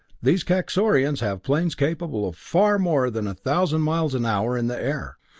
these kaxorians have planes capable of far more than a thousand miles an hour in the air.